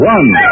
One